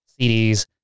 CDs